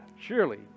Surely